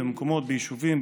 ביישובים,